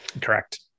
Correct